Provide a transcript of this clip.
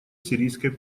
сирийской